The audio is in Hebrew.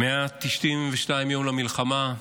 192 יום למלחמה,